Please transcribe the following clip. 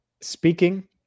Speaking